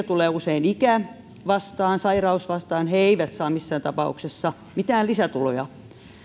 tulee usein ikä vastaan sairaus vastaan he eivät saa missään tapauksessa mitään lisätuloja